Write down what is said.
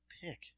pick